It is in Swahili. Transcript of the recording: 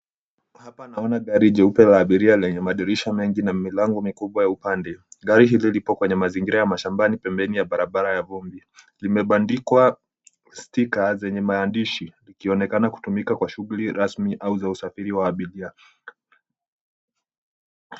Hapa naona gari jeupe ya abiria lenye madirisha mengi na milango mikibwa ya upande, gari hili lipo kwenye mazingira ya mashambani pembeni ya barabara ya vumbi, limebandikwa stika zenye maandishi ikionekana kutumika kwa shughuli rasmi au za usafiri wa abiria